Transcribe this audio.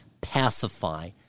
pacify